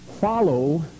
follow